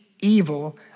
evil